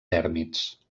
tèrmits